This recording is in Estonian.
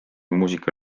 muusika